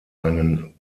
einen